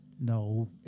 No